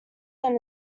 than